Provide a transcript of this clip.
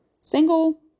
single